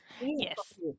Yes